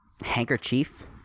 handkerchief